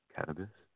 Cannabis